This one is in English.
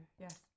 yes